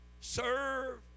serve